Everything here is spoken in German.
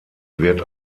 wird